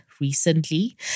Recently